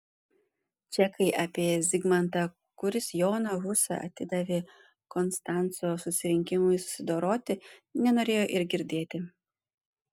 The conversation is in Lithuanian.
čekai apie zigmantą kuris joną husą atidavė konstanco susirinkimui susidoroti nenorėjo ir girdėti